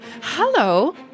Hello